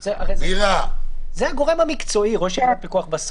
זה הגורם המקצועי בסוף, ראש יחידת הפיקוח.